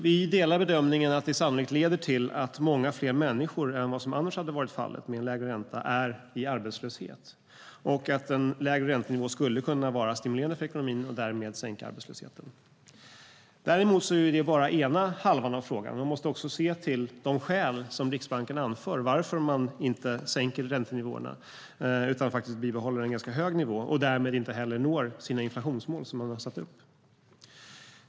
Vi delar bedömningen att det sannolikt leder till att många fler människor än vad som hade varit fallet med lägre ränta är i arbetslöshet och att en lägre räntenivå skulle kunna vara stimulerande för ekonomin och därmed minska arbetslösheten. Det är dock bara ena halvan av frågan. Vi måste också se till de skäl som Riksbanken anför till att man inte sänker räntenivåerna utan bibehåller en ganska hög nivå och därmed inte når de inflationsmål man satt upp.